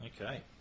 Okay